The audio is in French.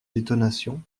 détonation